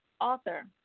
author